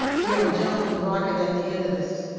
we have a gentleman rocket at the end of this,